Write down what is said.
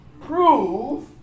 prove